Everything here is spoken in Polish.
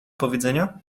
powiedzenia